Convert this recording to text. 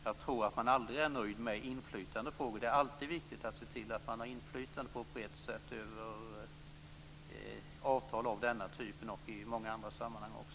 Man är aldrig nöjd med inflytandefrågor. Det är alltid viktigt att se till att man har ett brett inflytande över avtal av denna typ och i många andra sammanhang också.